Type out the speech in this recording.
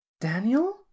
Daniel